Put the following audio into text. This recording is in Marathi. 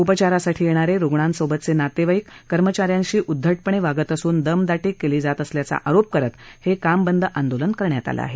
उपचारासाठी येणारे रूग्णासोबतचे नातेवाईक कर्मचा यांशी उद्दटपणे वागत असून दमदाटी केली जात असल्याचा आरोप करत हे कामबंद आंदोलन करण्यात आलं आहे